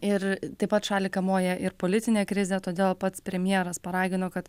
ir taip pat šalį kamuoja ir politinė krizė todėl pats premjeras paragino kad